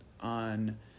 on